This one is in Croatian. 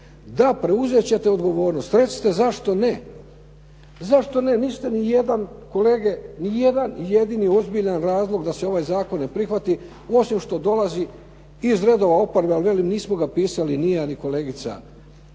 Da preuzet ćete odgovornost. Recite zašto ne. Zašto ne? Niste ni jedan, kolege, ni jedan jedini ozbiljan razlog da se ovaj zakon ne prihvati osim što dolazi iz redova oporbe. Ali velim, nismo ga pisali ni ja, ni kolegica